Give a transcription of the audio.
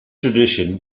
tradition